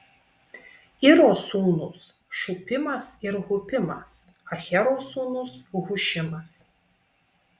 iro sūnūs šupimas ir hupimas ahero sūnus hušimas